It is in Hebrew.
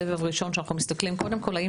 סבב ראשון שאנחנו מסתכלים קודם כל האם